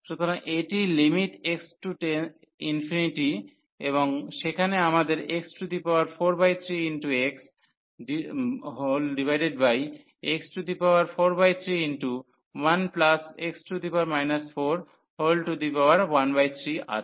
সুতরাং এটি limit x→∞ এবং সেখানে আমাদের x43x x431x 413 আছে